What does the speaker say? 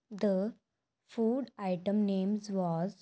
the food items names was